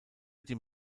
dem